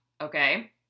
okay